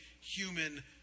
human